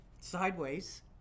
Sideways